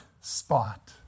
spot